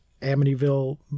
Amityville